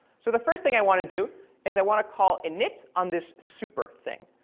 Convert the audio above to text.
so the first thing i want to do is i want to call init on this super thing.